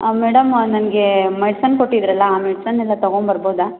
ಆಂ madam ನನಗೆ medicine ಕೊಟ್ಟಿದ್ದಿರಲ್ಲ ಆ ಮೆಡಿಸನ್ ಎಲ್ಲ ತಗೊಂಡ್ಬರ್ಬೋದಾ